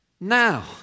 now